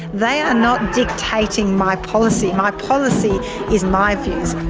they are not dictating my policy. my policy is my views.